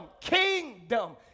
kingdom